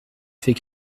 fait